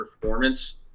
performance